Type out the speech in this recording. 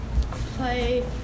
Play